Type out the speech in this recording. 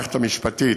המערכת המשפטית,